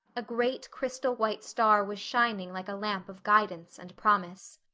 a great crystal-white star was shining like a lamp of guidance and promise.